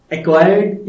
Acquired